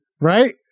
right